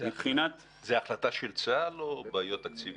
זו החלטה של צה"ל או בעיות תקציביות?